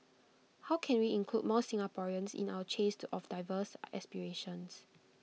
how can we include more Singaporeans in our chase of diverse aspirations